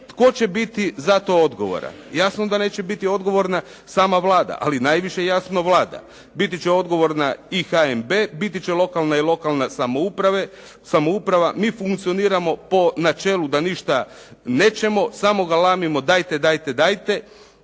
Tko će biti za to odgovoran? Jasno da neće biti odgovorna sama Vlada, ali najviše jasno Vlada. Biti će odgovorna i HNB, biti će lokalna i lokalna samouprava. Mi funkcioniramo po načelu da ništa nećemo, samo galamimo dajte, dajte, dajte,